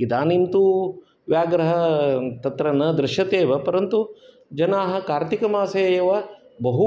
इदानीं तु व्याघ्रः तत्र न दृश्यतेव परन्तु जनाः कार्तिकमासे एव बहू